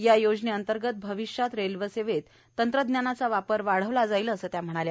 या योजनेअंतर्ग भविष्यात रेल्वेसेवेत तंत्रज्ञानाचा वापर वाढवला जाणार असल्याचे त्या म्हणाल्या